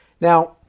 Now